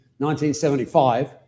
1975